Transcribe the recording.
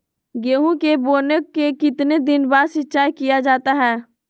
गेंहू के बोने के कितने दिन बाद सिंचाई किया जाता है?